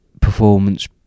performance